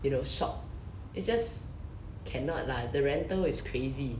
you know shop it's just cannot lah the rental is crazy